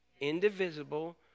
Indivisible